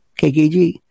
kkg